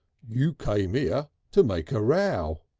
you came ere to make a row.